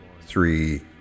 three